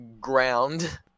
Ground